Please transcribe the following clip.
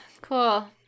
cool